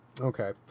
Okay